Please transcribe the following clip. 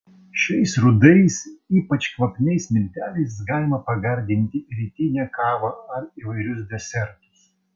šiais rudais ypač kvapniais milteliais galima pagardinti rytinę kavą ar įvairius desertus